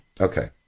Okay